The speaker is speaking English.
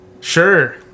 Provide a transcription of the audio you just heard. Sure